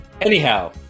Anyhow